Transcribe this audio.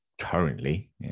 currently